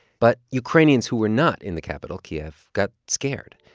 but ukrainians who were not in the capital, kiev, got scared.